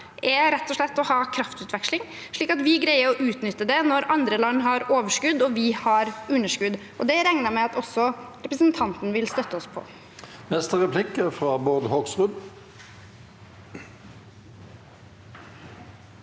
må rett og slett ha kraftutveksling, slik at vi greier å utnytte det når andre land har overskudd, og vi har underskudd. Det regner jeg med at også representanten vil støtte oss på. Bård Hoksrud